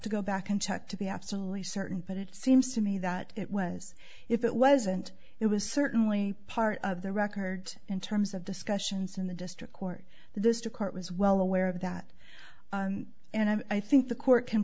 to go back and check to be absolutely certain but it seems to me that it was if it wasn't it was certainly part of the record in terms of discussions in the district court this to court was well aware of that and i think the court can